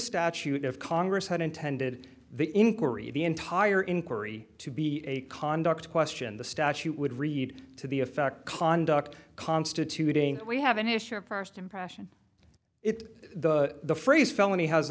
statute of congress had intended the inquiry the entire inquiry to be a conduct question the statute would read to the effect conduct constituting we have an issue of first impression it the phrase felony has